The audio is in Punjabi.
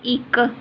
ਇੱਕ